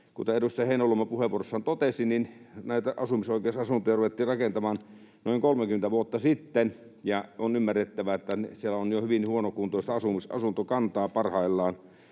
Kuten edustaja Heinäluoma puheenvuorossaan totesi, asumisoikeusasuntoja ruvettiin rakentamaan noin 30 vuotta sitten, ja on ymmärrettävä, että ne ovat jo hyvin huonokuntoista asuntokantaa parhaillaan